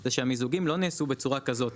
זה שהמיזוגים לא נעשו בצורה כזאת,